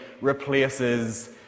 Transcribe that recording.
replaces